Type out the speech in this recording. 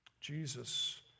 Jesus